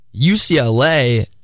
UCLA